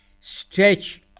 Stretch